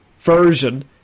version